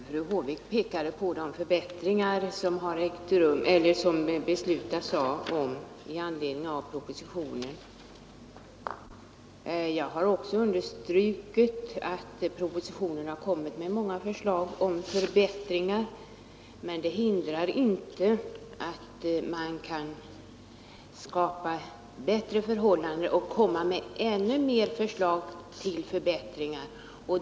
Herr talman! Fru Håvik pekade på de förbättringar som skall beslutas i anledning av propositionen. Jag har också understrukit att propositionen har kommit med många förslag om förbättringar, men det hindrar inte att man kan skapa bättre förhållanden och lägga fram ännu fler förslag till förbättringar.